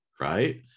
right